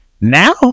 Now